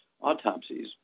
autopsies